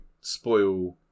spoil